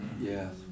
Yes